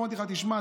ואמרתי לך: תשמע,